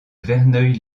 verneuil